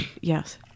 Yes